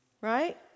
right